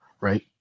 right